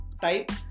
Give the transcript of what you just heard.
type